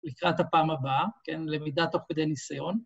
לקראת הפעם הבאה, כן, למידת תוך ניסיון.